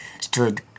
stood